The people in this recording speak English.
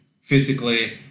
physically